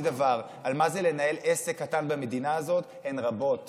דבר על מה זה לנהל עסק קטן במדינה הזאת הן רבות